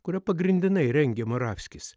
kurią pagrindinai rengė moravskis